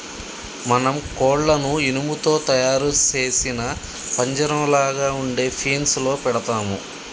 మనం కోళ్లను ఇనుము తో తయారు సేసిన పంజరంలాగ ఉండే ఫీన్స్ లో పెడతాము